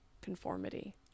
conformity